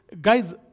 Guys